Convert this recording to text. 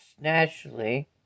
naturally